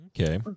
Okay